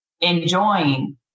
enjoying